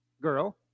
girl